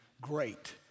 great